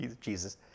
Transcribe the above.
Jesus